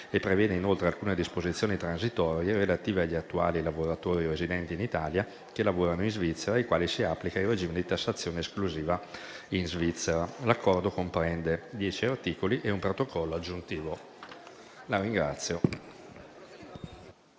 e prevede inoltre alcune disposizioni transitorie relative agli attuali lavoratori frontalieri residenti in Italia che lavorano in Svizzera, ai quali si applica il regime di tassazione esclusiva in Svizzera. L'accordo comprende dieci articoli e un Protocollo aggiuntivo. PRESIDENTE.